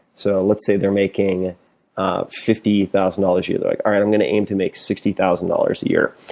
so let's say they're making ah fifty thousand dollars a year. they're like, alright, i'm going to aim to make sixty thousand dollars a year.